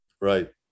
Right